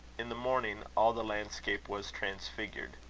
in the morning, all the landscape was transfigured.